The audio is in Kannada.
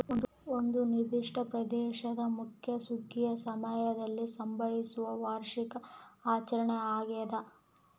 ಒಂದು ನಿರ್ದಿಷ್ಟ ಪ್ರದೇಶದ ಮುಖ್ಯ ಸುಗ್ಗಿಯ ಸಮಯದಲ್ಲಿ ಸಂಭವಿಸುವ ವಾರ್ಷಿಕ ಆಚರಣೆ ಆಗ್ಯಾದ